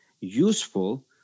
useful